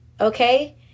okay